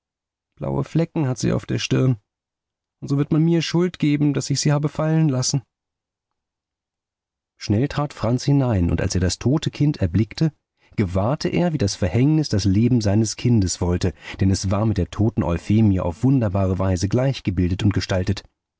blaue flecken hat sie auf der stirn und so wird man mir schuld geben daß ich sie habe fallen lassen schnell trat franz hinein und als er das tote kind erblickte gewahrte er wie das verhängnis das leben seines kindes wollte denn es war mit der toten euphemie auf wunderbare weise gleich gebildet und gestaltet